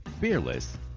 fearless